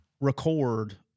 record